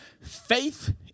Faith